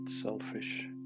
selfish